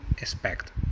expect